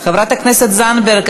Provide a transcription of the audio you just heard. חברת הכנסת זנדברג,